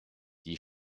die